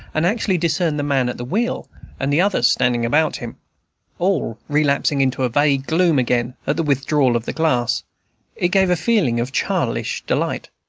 and actually discerned the man at the wheel and the others standing about him all relapsing into vague gloom again at the withdrawal of the glass it gave a feeling of childish delight.